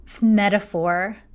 metaphor